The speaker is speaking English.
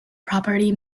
property